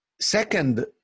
second